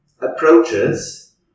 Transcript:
approaches